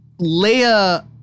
Leia